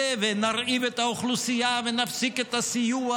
ונרעיב את האוכלוסייה ונפסיק את הסיוע,